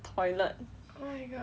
never tell her I vomit